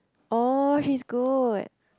oh she is good